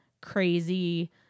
crazy